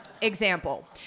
Example